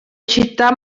città